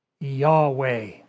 Yahweh